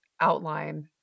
outline